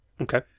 Okay